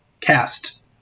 cast